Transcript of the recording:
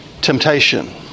temptation